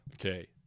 Okay